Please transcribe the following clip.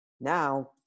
now